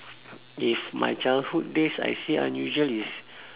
if my childhood days I say unusual is